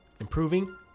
improving